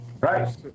right